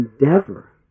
endeavor